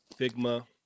Figma